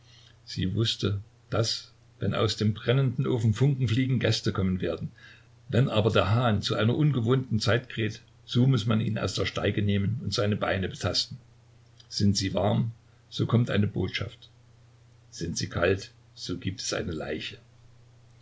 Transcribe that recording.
sie wußte daß wenn aus dem brennenden ofen funken fliegen gäste kommen werden wenn aber der hahn zu einer ungewohnten zeit kräht so muß man ihn aus der steige nehmen und seine beine betasten sind sie warm so kommt eine botschaft sind sie kalt so gibt es eine leiche